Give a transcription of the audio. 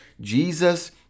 Jesus